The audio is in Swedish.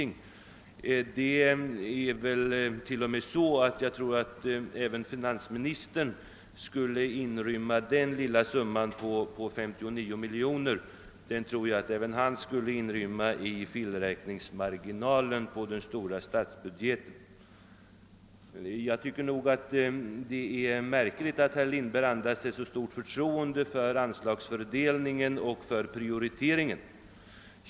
Detta är väl ett belopp som även finans ministern skulle kunna inrymma inom felräkningsmarginalen. Det är märkligt att herr Lindberg tycks ha ett mycket stort förtroende för den anslagsfördelning och prioritering som gjorts.